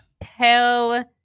Hell